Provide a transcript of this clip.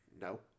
No